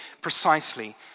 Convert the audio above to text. precisely